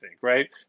right